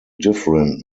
different